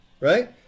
right